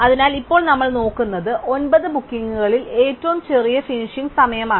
അതിനാൽ ഇപ്പോൾ നമ്മൾ നോക്കുന്നത് ഒൻപത് ബുക്കിംഗുകളിൽ ഏറ്റവും ചെറിയ ഫിനിഷിംഗ് സമയമാണ്